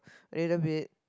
little bit